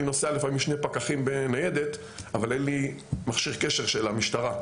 אני נוסע לפעמים שני פקחים בניידת אבל אין לי מכשיר קשר של המשטרה,